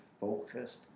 focused